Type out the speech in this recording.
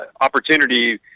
opportunity